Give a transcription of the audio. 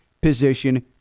position